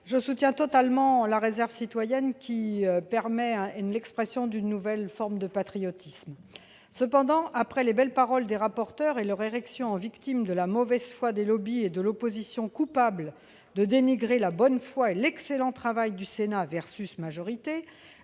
Je soutiens totalement la réserve citoyenne, qui permet l'expression d'une nouvelle forme de patriotisme. Néanmoins, après les belles paroles des rapporteurs et leur érection en victimes de la mauvaise foi des lobbys et de l'opposition sénatoriale, coupables de dénigrer la bonne foi et l'excellent travail du Sénat, je tiens